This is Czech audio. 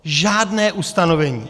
Žádné ustanovení!